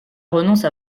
renonce